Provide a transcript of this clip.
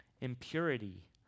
impurity